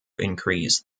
increase